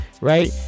right